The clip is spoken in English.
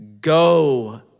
go